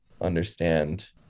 understand